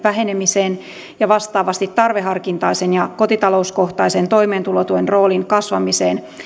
vähenemiseen ja vastaavasti tarveharkintaisen ja kotitalouskohtaisen toimeentulotuen roolin kasvamiseen